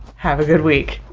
have a good week